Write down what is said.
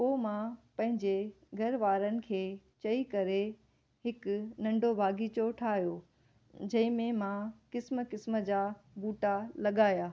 पोइ मां पंहिंजे घर वारनि खे चई करे हिकु नंढो बाग़ीचो ठाहियो जंहिंमे मां क़िस्म क़िस्म जा ॿूटा लॻाया